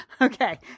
Okay